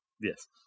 Yes